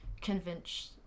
convince